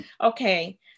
okay